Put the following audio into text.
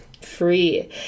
free